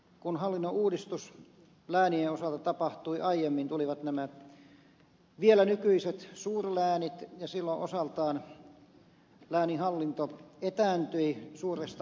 kun hallinnonuudistus läänien osalta tapahtui aiemmin tulivat vielä nämä nykyiset suurläänit ja silloin osaltaan lääninhallinto etääntyi suuresta osasta kansaa